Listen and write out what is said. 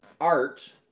art